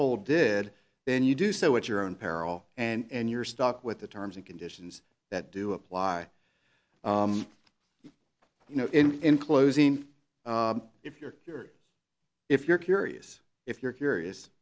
cold did then you do so at your own peril and you're stuck with the terms and conditions that do apply you know in closing if you're curious if you're curious if you're curious